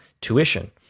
tuition